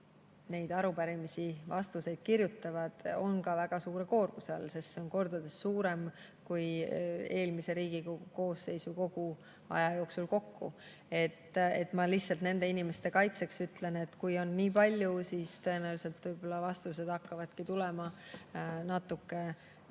kes arupärimiste vastuseid kirjutavad, on tõenäoliselt väga suure koormuse all, sest see on kordades rohkem kui eelmise Riigikogu koosseisu kogu aja jooksul kokku. Ma lihtsalt nende inimeste kaitseks ütlen, et kui [küsimusi] on nii palju, siis tõenäoliselt vastused hakkavadki tulema natuke